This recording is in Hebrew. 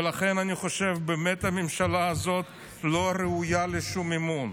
לכן אני חושב באמת שהממשלה הזאת לא ראויה לשום אמון.